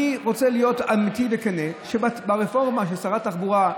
אני רוצה להיות אמיתי וכן: הרפורמה של שרת התחבורה,